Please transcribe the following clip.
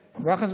במח"ש.